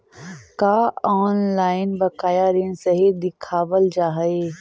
का ऑनलाइन बकाया ऋण सही दिखावाल जा हई